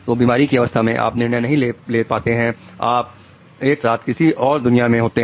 दो बीमारी की अवस्था में भी आप निर्णय नहीं ले पाते हैं आप एक साथ किसी और दुनिया में होते हैं